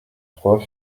trois